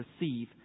receive